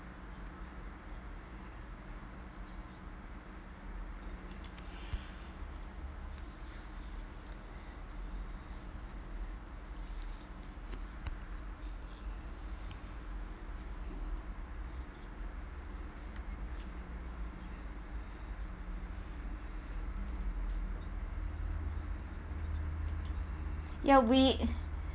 ya we